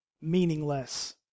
meaningless